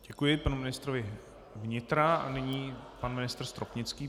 Děkuji panu ministrovi vnitra a nyní pan ministr Stropnický.